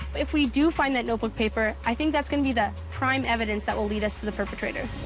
if we do find that notebook paper, i think that's going to be the prime evidence that will lead us to the perpetrator.